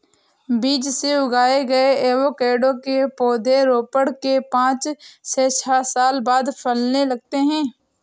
बीज से उगाए गए एवोकैडो के पौधे रोपण के पांच से छह साल बाद फलने लगते हैं